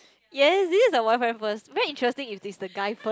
yes this is a boyfriend first very interesting is this the guy first